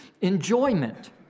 enjoyment